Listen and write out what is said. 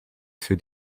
für